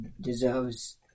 deserves